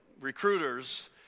recruiters